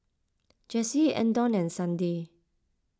Jessie andon and Sandi